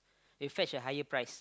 they fetch a higher price